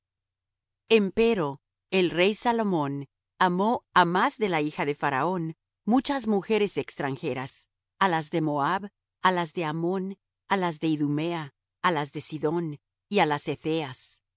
siria empero el rey salomón amó á más de la hija de faraón muchas mujeres extranjeras á las de moab á las de ammón á las de idumea á las de sidón y á las